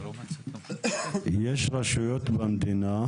יש רשויות במדינה,